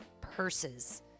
purses